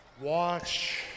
watch